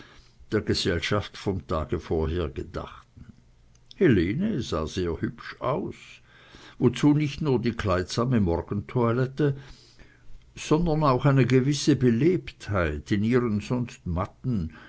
der gesellschaft vom tage vorher gedachten helene sah sehr hübsch aus wozu nicht nur die kleidsame morgentoilette sondern auch eine gewisse belebtheit in ihren sonst matten